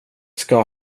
ska